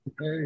Hey